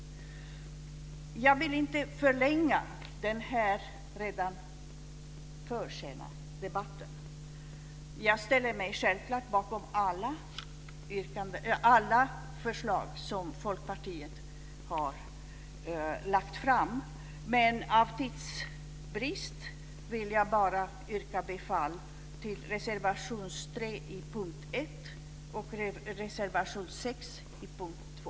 Jag vill inte förlänga den här redan för sena debatten. Jag ställer mig självfallet bakom alla förslag som Folkpartiet har lagt fram, men av tidsbrist vill jag yrka bifall bara till reservation 3 under punkt 1 och reservation 6 under punkt 2.